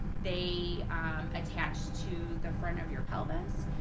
they attach to the front of your pelvis.